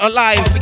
Alive